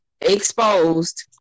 exposed